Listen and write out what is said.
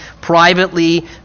privately